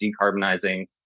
decarbonizing